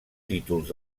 títols